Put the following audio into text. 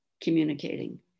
communicating